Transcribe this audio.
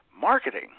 Marketing